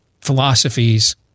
philosophies